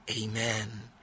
Amen